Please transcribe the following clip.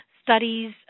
studies